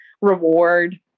reward